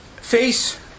Face